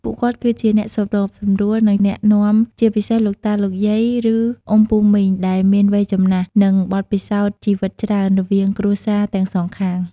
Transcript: ពួកគាត់ គឹជាអ្នកសម្របសម្រួល និងអ្នកណែនាំ ជាពិសេសលោកតា លោកយាយ ឬអ៊ុំពូមីង ដែលមានវ័យចំណាស់ និងបទពិសោធន៍ជីវិតច្រើន រវាងគ្រួសារទាំងសងខាង។